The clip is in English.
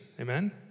Amen